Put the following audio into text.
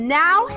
now